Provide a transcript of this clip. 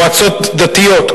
מועצות דתיות,